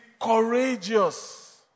courageous